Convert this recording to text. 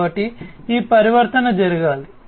కాబట్టి ఈ పరివర్తన జరగాలి